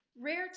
rare